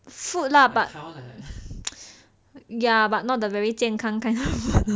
food lah but ya but not the very 健康 kind of food